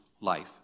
life